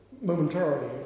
momentarily